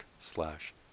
slash